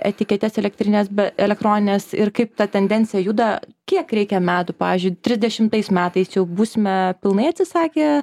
etiketes elektrines be elektronines ir kaip ta tendencija juda kiek reikia metų pavyzdžiui trisdešimtais metais jau būsime pilnai atsisakę